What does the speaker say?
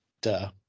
Duh